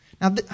Now